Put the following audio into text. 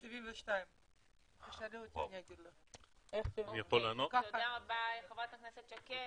72. תודה רבה, חברת הכנסת שקד.